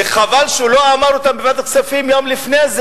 וחבל שהוא לא אמר אותם בוועדת הכספים יום לפני זה,